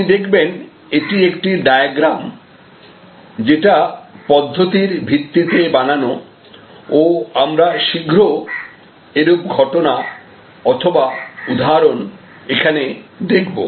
আপনি দেখবেন এটি একটি ডায়াগ্রাম যেটা পদ্ধতির ভিত্তিতে বানানো ও আমরা শীঘ্র এরূপ ঘটনা অথবা উদাহরণ এখানে দেখব